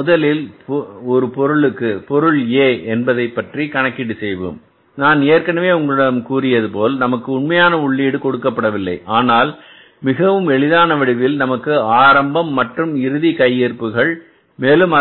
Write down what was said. முதலில் ஒரு பொருளுக்கு பொருள் A என்பதைப்பற்றி கணக்கீடு செய்வோம் நான் ஏற்கனவே உங்களிடம் கூறியதுபோல நமக்கு உண்மையான உள்ளீடு கொடுக்கப்படவில்லை ஆனால் மிகவும் எளிதான வடிவில் நமக்கு ஆரம்பம் மற்றும் இறுதி கையிருப்பு கள் மேலும்